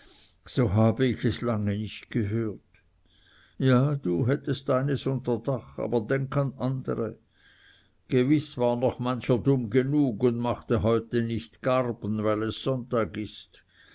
so habe ich es lange nicht gehört ja du hättest deines unter dach aber denk an andere gewiß war noch mancher dumm genug und machte heute nicht garben weil es sonntag ist